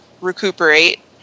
recuperate